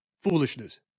foolishness